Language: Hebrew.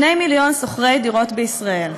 2 מיליון שוכרי דירות בישראל,